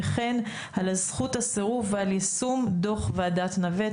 וכן על זכות הסירוב ועל יישום דוח ועדת נווה.